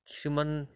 কিছুমান